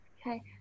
Okay